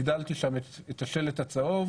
הגדלתי שם את השלט הצהוב,